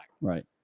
Right